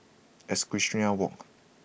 Equestrian Walk